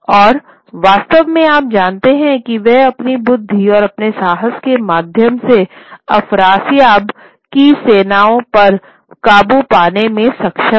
और वास्तव में आप जानते हैं कि वह अपनी बुद्धि और अपने साहस के माध्यम से अफरासियाब की सेनाओं पर काबू पाने में सक्षम है